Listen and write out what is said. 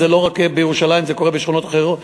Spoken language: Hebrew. זה לא רק בירושלים, זה קורה בשכונות אחרות.